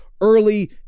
Early